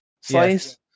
slice